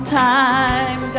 time